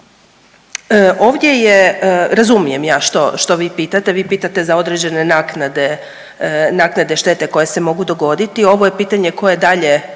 ovdje je razumijem ja što vi pitate, vi pitate za određene naknade štete koje se mogu dogoditi. Ovo je pitanje koje dalje